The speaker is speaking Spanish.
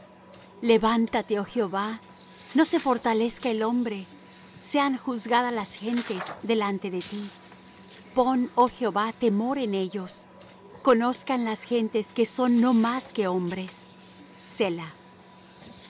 levántate oh jehová no se fortalezca el hombre sean juzgadas las gentes delante de ti pon oh jehová temor en ellos conozcan las gentes que son no más que hombres